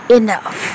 enough